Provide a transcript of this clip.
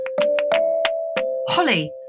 Holly